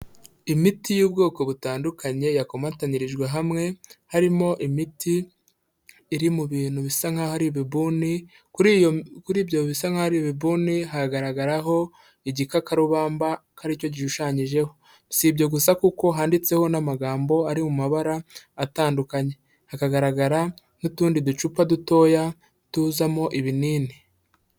Imiti y'ubwoko butandukanye yakomatanyirijwe hamwe, harimo imiti iri mu bintu bisa nk'aho ari bibuni, kuri ibyo bisa nk'aho ari ibuni hagaragaraho igikakarubamba ko aricyo gishushanyijeho si ibyo gusa kuko handitseho n'amagambo ari mu mabara atandukanye, hakagaragara n'utundi ducupa dutoya tuzamo ibinini.